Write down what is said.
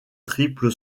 triple